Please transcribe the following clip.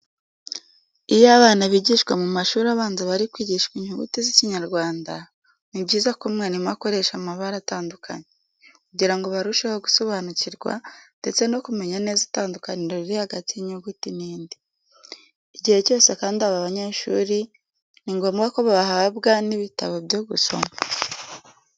Iyo abana biga mu mashuri abanza bari kwigishwa inyuguti z'Ikinyarwanda, ni byiza ko umwarimu akoresha amabara atandukanye kugira ngo barusheho gusobanukirwa ndetse no kumenya neza itandukaniro riri hagati y'inyuguti n'indi. Igihe cyose kandi aba banyeshuri ni ngombwa ko bahabwa n'ibitabo byo gusoma.